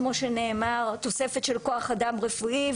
כמו שנאמר, תוספת של כוח אדם רפואי.